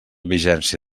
vigència